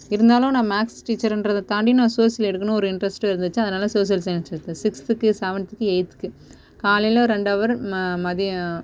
இருந்தாலும் நான் மேக்ஸ் டீச்சருன்றதை தாண்டி நான் சோசியல் எடுக்கணுன்னு ஒரு இன்ட்ரெஸ்ட்டும் இருந்துச்சு அதனால சோசியல் சயின்ஸ் எடுத்தேன் சிக்ஸ்த்துக்கு செவன்த்துக்கு எயித்துக்கு காலையில் ரெண்டு அவரு ம மதியம்